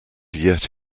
yet